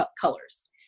colors